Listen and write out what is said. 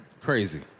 Crazy